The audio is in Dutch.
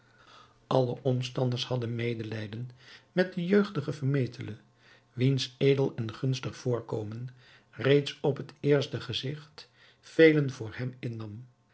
alle omstanders hadden medelijden met den jeugdigen vermetele wiens edel en gunstig voorkomen reeds op het eerste gezigt velen voor hem innam